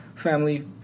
Family